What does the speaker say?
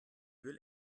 will